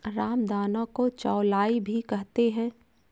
रामदाना को चौलाई भी कहते हैं